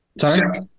Sorry